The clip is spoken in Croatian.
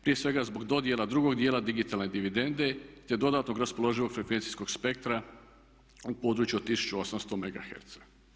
Prije svega zbog dodjela drugog dijela digitalne dividende, te dodatnog raspoloživog frekvencijskog spektra u području od 1800 mega herca.